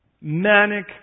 manic